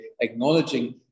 acknowledging